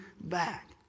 back